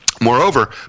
Moreover